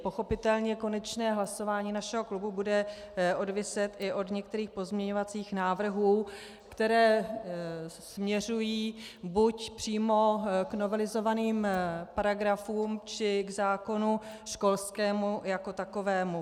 Pochopitelně konečné hlasování našeho klubu bude záviset i na některých pozměňovacích návrzích, které směřují buď přímo k novelizovaným paragrafům, či k zákonu školskému jako takovému.